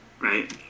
right